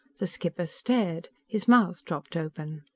the skipper stared. his mouth dropped open.